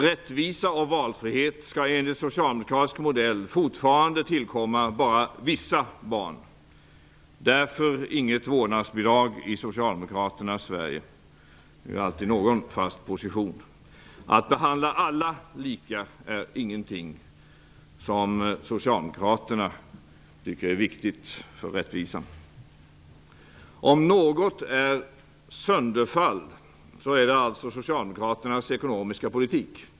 Rättvisa och valfrihet skall enligt socialdemokratisk modell fortfarande tillkomma bara vissa barn -- därför inget vårdnadsbidrag i Socialdemokraternas Sverige. Det är alltid någon fast position. Att behandla alla lika är ingenting som Socialdemokraterna tycker är viktigt för rättvisan. Om något är i sönderfall så är det alltså Socialdemokraternas ekonomisk politik.